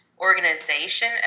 organization